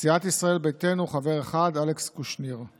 סיעת ישראל ביתנו, חבר אחד: אלכס קושניר,